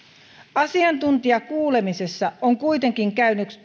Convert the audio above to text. asiantuntijakuulemisessa on kuitenkin käynyt